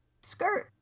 skirt